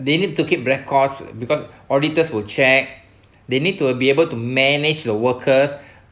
they need to keep records because auditors will check they need to uh be able to manage the workers